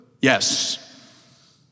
Yes